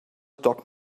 doc